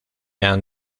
han